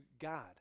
God